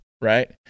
right